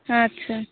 ᱟᱪᱪᱷᱟ